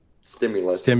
stimulus